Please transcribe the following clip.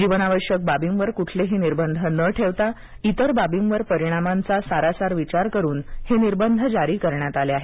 जीवनावश्यक बाबींवर कुठलेही निर्बंध न ठेवता इतर बाबींवर परिणामांचा सारासार विचार करून निर्बंध जारी करण्यात आले आहेत